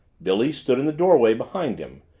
billy stood in the doorway behind him,